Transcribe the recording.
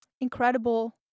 incredible